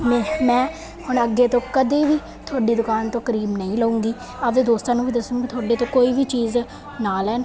ਮੈਂ ਹੁਣ ਅੱਗੇ ਤੋਂ ਕਦੇ ਵੀ ਤੁਹਾਡੀ ਦੁਕਾਨ ਤੋਂ ਕਰੀਮ ਨਹੀਂ ਲਊਗੀ ਆਪਦੇ ਦੋਸਤਾਂ ਨੂੰ ਵੀ ਦੱਸੂਗੀ ਤੁਹਾਡੇ ਤੇ ਕੋਈ ਵੀ ਚੀਜ਼ ਨਾ ਲੈਣ